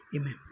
Amen